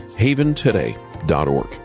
haventoday.org